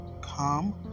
come